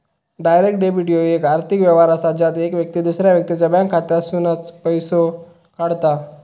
direct debit ह्यो येक आर्थिक व्यवहार असा ज्यात येक व्यक्ती दुसऱ्या व्यक्तीच्या बँक खात्यातसूनन पैसो काढता